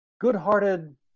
good-hearted